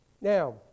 Now